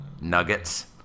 nuggets